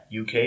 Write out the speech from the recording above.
UK